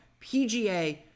PGA